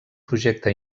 projecte